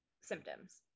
symptoms